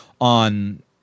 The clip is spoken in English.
on